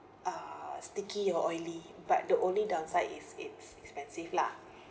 uh sticky or oily but the only downside is it's expensive lah